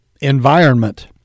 environment